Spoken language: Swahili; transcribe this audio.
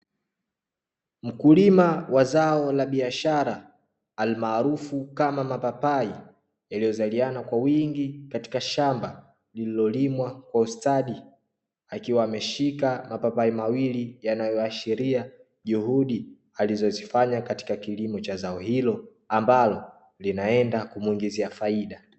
Mkulima wa zao la biashara almaarufu kama mapapai yaliyozaliana kwa wingi katika shamba lililolimwa kwa ustadi, akiwa ameshika mapapai mawili yanayoashiria juhudi alizozifanya katika kilimo cha zao hilo ambalo linaenda kumuingizia faida.